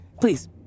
Please